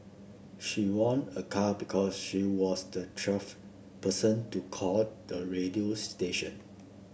she won a car because she was the twelfth person to call the radio station